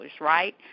Right